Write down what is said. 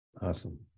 Awesome